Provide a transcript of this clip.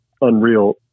unreal